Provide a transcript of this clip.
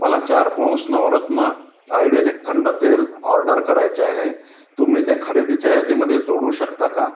मला चार पौस नवरत्न आयुर्वेदिक थंड तेल ऑर्डर करायचे आहे तुम्ही ते खरेदीच्या यादीमध्ये जोडू शकता का